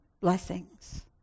blessings